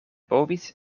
povis